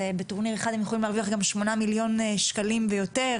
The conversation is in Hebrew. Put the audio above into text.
בטורניר אחד הם יכולים להרוויח גם 8 מיליון שקלים ויותר,